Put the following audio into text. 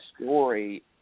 story